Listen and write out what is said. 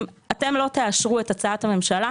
אם אתם לא תאשרו את הצעת הממשלה,